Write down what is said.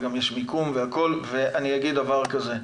גם יש מיקום והכול ואני אגיד דבר כזה,